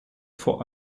vor